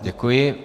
Děkuji.